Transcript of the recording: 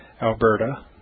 Alberta